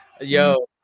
Yo